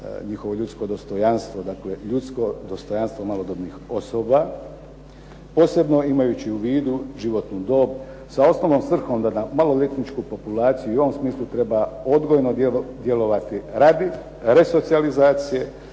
njihovo ljudsko dostojanstvo, dakle ljudsko dostojanstvo malodobnih osoba. Posebno imajući u vidu životnu dob, sa osnovnom svrhom da na maloljetničku populaciju i u ovom smislu treba odgojno djelovati radi resocijalizacije,